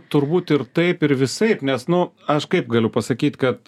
turbūt ir taip ir visaip nes nu aš kaip galiu pasakyt kad